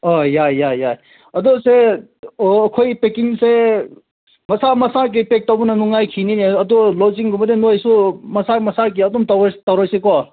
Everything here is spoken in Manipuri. ꯑꯣ ꯌꯥꯏ ꯌꯥꯏ ꯌꯥꯏ ꯑꯗꯣ ꯁꯦ ꯑꯣ ꯑꯩꯈꯣꯏ ꯄꯦꯛꯀꯤꯡꯁꯦ ꯃꯁꯥ ꯃꯁꯥꯒꯤ ꯄꯦꯛ ꯇꯧꯕꯅ ꯅꯨꯡꯉꯥꯏꯈꯤꯅꯤꯅꯦ ꯑꯗꯣ ꯂꯣꯠꯖꯤꯡꯒꯨꯝꯕꯗꯤ ꯅꯣꯏꯁꯨ ꯃꯁꯥ ꯃꯁꯥꯒꯤ ꯑꯗꯨꯝ ꯇꯧꯔꯁꯤ ꯀꯣ